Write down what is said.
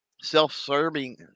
self-serving